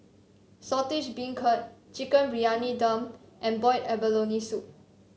Saltish Beancurd Chicken Briyani Dum and Boiled Abalone Soup